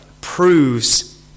Proves